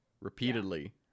repeatedly